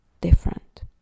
different